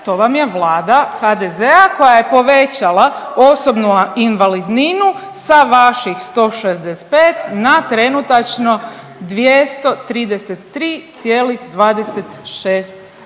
to vam je Vlada HDZ-a koja je povećala osobnu invalidninu sa vaših 165 na trenutačno 233,26